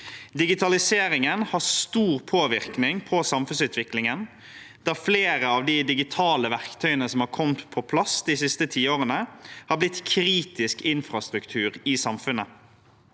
Digitaliseringen har stor påvirkning på samfunnsutviklingen, da flere av de digitale verktøyene som har kommet på plass de siste tiårene, har blitt kritisk infrastruktur i samfunnet.